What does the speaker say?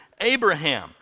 Abraham